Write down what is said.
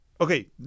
Okay